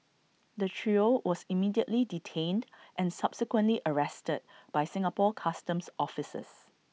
the trio was immediately detained and subsequently arrested by Singapore Customs officers